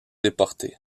déportés